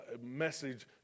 message